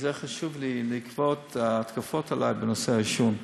שזה חשוב לי בעקבות ההתקפות עלי בנושא העישון.